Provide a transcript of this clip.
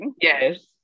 Yes